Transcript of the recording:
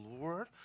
Lord